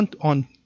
on